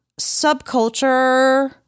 subculture